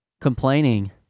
...complaining